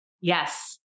Yes